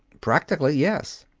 practically, yes.